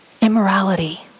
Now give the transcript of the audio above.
Immorality